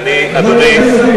אדוני,